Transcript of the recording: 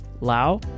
Lao